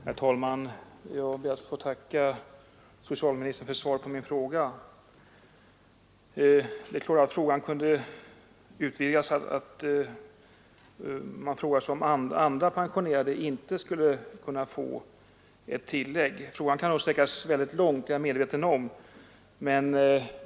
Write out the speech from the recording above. Herr talman! Jag ber att få tacka socialministern för svaret på min fråga. Det är klart att frågan kunde utvidgas — man frågar sig om andra pensionerade inte skulle kunna få ett tillägg. Jag är alltså medveten om att frågan kan sträckas mycket långt.